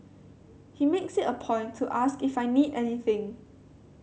he makes it a point to ask if I need anything